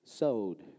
sowed